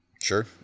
Sure